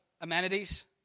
amenities